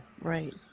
Right